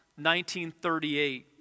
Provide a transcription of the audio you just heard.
1938